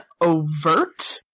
overt